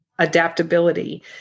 adaptability